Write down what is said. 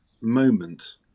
moment